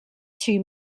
two